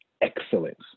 excellence